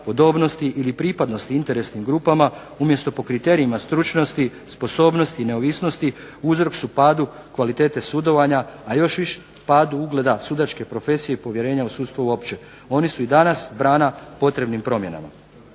podobnosti ili pripadnosti interesnim grupama umjesto po kriterijima stručnosti, sposobnosti i neovisnosti uzrok su padu kvalitete sudovanja, a još više padu ugleda sudačke profesije i povjerenja u sudstvo uopće. Oni su i danas brana potrebnim promjenama".